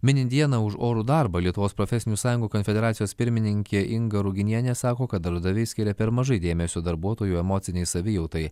minint dieną už orų darbą lietuvos profesinių sąjungų konfederacijos pirmininkė inga ruginienė sako kad darbdaviai skiria per mažai dėmesio darbuotojų emocinei savijautai